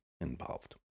involved